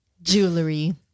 Jewelry